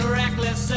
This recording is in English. reckless